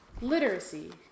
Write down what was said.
literacy